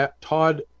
todd